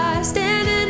standing